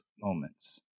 moments